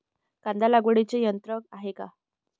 कांदा लागवडीचे यंत्र आहे का?